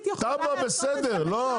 תב"ע בסדר, לא.